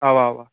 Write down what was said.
اَوا اَوا